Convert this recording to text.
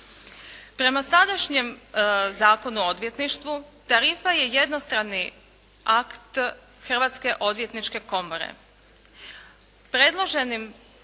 Prema sadašnjem Zakonu o odvjetništvu tarifa je jednostrani akt Hrvatske odvjetničke komore.